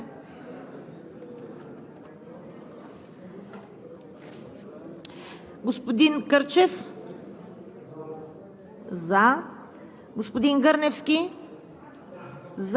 Имаме кворум, колеги. Продължаваме. Моля, режим на гласуване по направената процедура за допуск на заместник-министъра. Господин